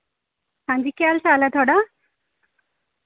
हांजी केह् हाल चाल ऐ थुआढ़ा